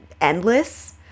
endless